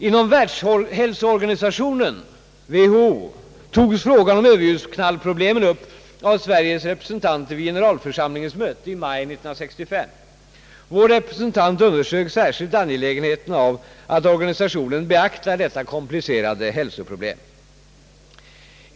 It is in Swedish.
Inom Världshälsoorganisationen, WHO, togs frågan om Ööverljudsknallproblemen upp av Sveriges representanter vid generalförsamlingens möte i maj 1965. Vår representant underströk särskilt angelägenheten av att organisationen beaktar detta komplicerade hälsoproblem.